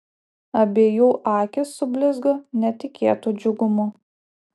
abiejų akys sublizgo netikėtu džiugumu